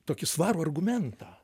tokį svarų argumentą